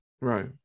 Right